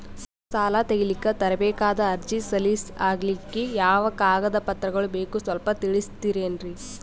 ಸಾಲ ತೆಗಿಲಿಕ್ಕ ತರಬೇಕಾದ ಅರ್ಜಿ ಸಲೀಸ್ ಆಗ್ಲಿಕ್ಕಿ ಯಾವ ಕಾಗದ ಪತ್ರಗಳು ಬೇಕು ಸ್ವಲ್ಪ ತಿಳಿಸತಿರೆನ್ರಿ?